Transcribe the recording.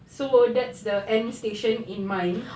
so that's the end station in mind